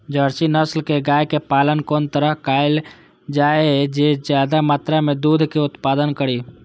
Jersey नस्ल के गाय के पालन कोन तरह कायल जाय जे ज्यादा मात्रा में दूध के उत्पादन करी?